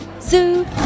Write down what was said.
Zoo